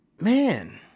man